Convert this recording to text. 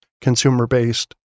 consumer-based